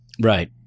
Right